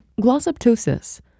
Glossoptosis